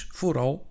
vooral